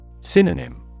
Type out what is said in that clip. Synonym